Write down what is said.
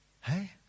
Hey